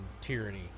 Tyranny